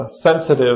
Sensitive